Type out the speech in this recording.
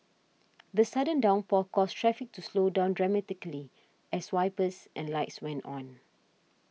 the sudden downpour caused traffic to slow down dramatically as wipers and lights went on